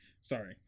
Sorry